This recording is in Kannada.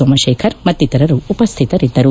ಸೋಮಶೇಖರ್ ಮತ್ತಿತರರು ಉಪಸ್ಥಿತರಿದ್ದರು